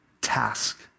task